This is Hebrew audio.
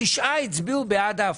תשעה הצביעו בעד ההפחתה.